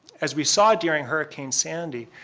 as we saw during hurricane sandy,